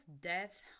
death